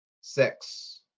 six